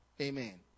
amen